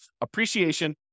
appreciation